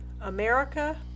America